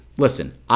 Listen